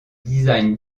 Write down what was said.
design